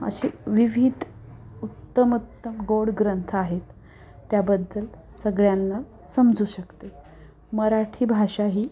असे विविध उत्तम उत्तम गोड ग्रंथ आहेत त्याबद्दल सगळ्यांना समजू शकते आहे मराठी भाषा ही